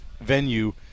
venue